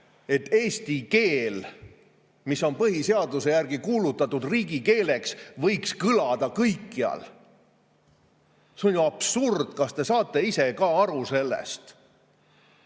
et eesti keel, mis on põhiseaduse järgi kuulutatud riigikeeleks, võiks kõlada kõikjal. See on ju absurd, kas te saate ise ka aru sellest? Kas